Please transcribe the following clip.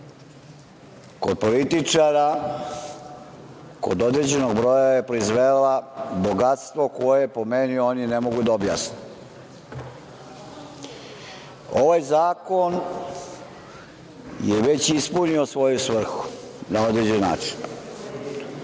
kod političara, kod određenog broja je proizvela bogatstvo koje, po meni, oni ne mogu da objasne. Ovaj zakon je već ispunio svoj svrhu, na određen način.